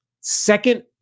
second